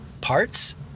parts